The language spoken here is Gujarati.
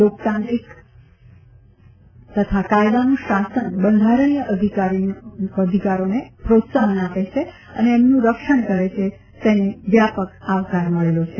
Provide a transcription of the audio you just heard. લોકતાંત્રિક તથા કાયદાનું શાસન બંધારણીય અધિકારોને પ્રોત્સાહન આપે છે અને તેમનું રક્ષણ કરે છે તેને વ્યાપક આવકાર મળેલો છે